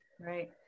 right